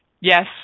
Yes